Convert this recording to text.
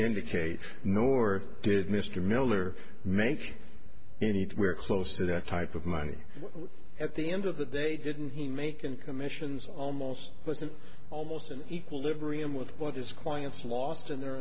indicate nor did mr miller make anywhere close to that type of money at the end of the day didn't he make an commissions almost with an almost an equilibrium with what is clients lost in their